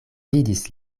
vidis